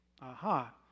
Aha